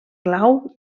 clau